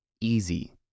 easy